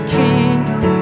kingdom